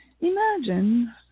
imagine